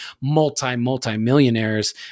multi-multi-millionaires